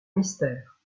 mystère